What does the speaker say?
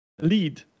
Lead